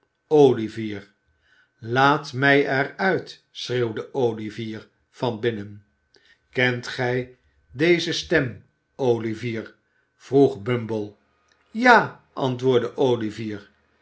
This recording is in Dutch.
olivier laat mij er uit schreeuwde olivier van binnen kent gij deze stem olivier vroeg bumble ja antwoordde olivier